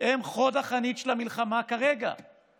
הם כרגע חוד החנית של המלחמה על החיים